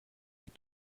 die